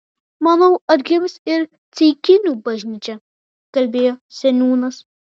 manau atgims ir ceikinių bažnyčia kalbėjo seniūnas